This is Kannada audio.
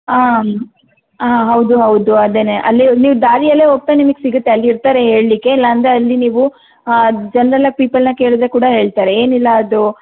ಆಂ ಆಂ ಹೌದು ಹೌದು ಅದೇನೆ ಅಲ್ಲಿ ನೀವು ದಾರಿಯಲ್ಲೇ ಹೋಗ್ತಾ ನಿಮಗೆ ಸಿಗುತ್ತೆ ಅಲ್ಲಿ ಇರ್ತಾರೆ ಹೇಳಲಿಕ್ಕೆ ಇಲ್ಲಾಂದರೆ ಅಲ್ಲಿ ನೀವು ಜನ್ರಲ್ಲಾಗಿ ಪೀಪಲ್ನ ಕೇಳಿದರೆ ಕೂಡ ಹೇಳ್ತಾರೆ ಏನಿಲ್ಲ ಅದು